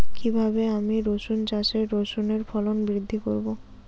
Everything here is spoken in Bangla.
কীভাবে আমি রসুন চাষে রসুনের ফলন বৃদ্ধি করব?